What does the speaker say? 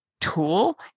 tool